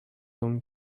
going